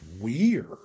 weird